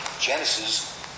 Genesis